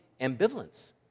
ambivalence